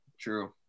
True